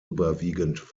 überwiegend